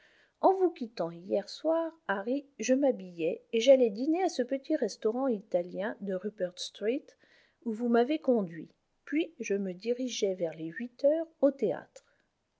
en vous quittant hier soir harry je m'habillai et j'allai dîner à ce petit restaurant italien de rupert street où vous m'avez conduit puis je me dirigeai vers les huit heures au théâtre